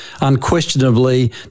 Unquestionably